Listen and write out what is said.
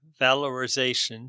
Valorization